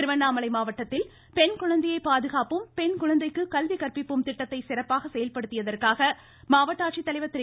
திருவண்ணாமலை மாவட்டத்தில் பெண்குழந்தையை பாதுகாப்போம் பெண் குழந்தைக்கு கல்வி கற்பிப்போம் திட்டத்தை சிறப்பாக செயல்படுத்தியதற்காக மாவட்ட ஆட்சித்தலைவர் திரு